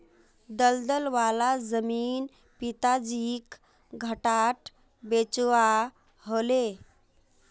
दलदल वाला जमीन पिताजीक घटाट बेचवा ह ले